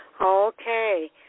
Okay